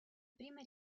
prime